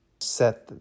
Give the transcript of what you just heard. set